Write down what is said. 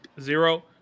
Zero